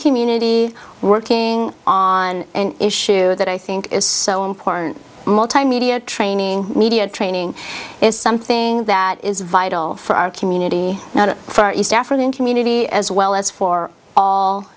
community working on an issue that i think is so important multimedia training media training is something that is vital for our community for our east african community as well as for all